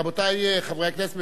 רבותי חברי הכנסת,